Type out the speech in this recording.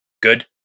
good